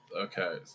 Okay